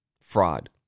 fraud